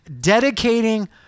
dedicating